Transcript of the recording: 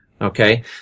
okay